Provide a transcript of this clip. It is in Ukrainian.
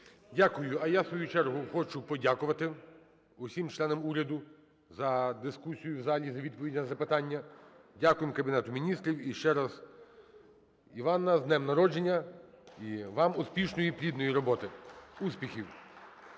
Дякую. А я в свою чергу хочу подякувати усім членам уряду за дискусію в залі за відповідне запитання. Дякуємо Кабінету міністрів. І ще раз, Іванна, з днем народження і вам успішної і плідної роботи, успіхів.